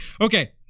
Okay